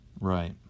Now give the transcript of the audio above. Right